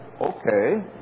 okay